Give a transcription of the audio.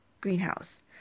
Greenhouse